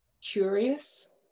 curious